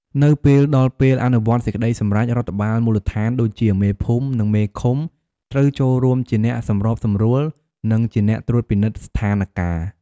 នៅពេលដល់ពេលអនុវត្តន៍សេចក្ដីសម្រេច រដ្ឋបាលមូលដ្ឋានដូចជា មេភូមិ និងមេឃុំ ត្រូវចូលរួមជាអ្នកសម្របសម្រួល និងជាអ្នកត្រួតពិនិត្យស្ថានការណ៍។